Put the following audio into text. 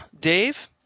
Dave